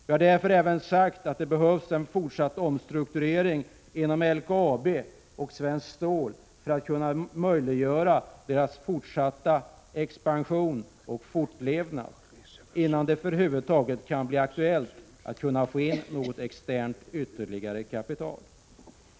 Vi har därför även sagt att det behövs fortsatt omstrukturering inom LKAB och Svenskt stål för att kunna möjliggöra deras fortsatta expansion och fortlevnad innan det över huvud taget kan bli aktuellt att få in något externt kapital.